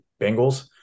Bengals